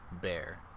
Bear